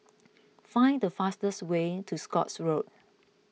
find the fastest way to Scotts Road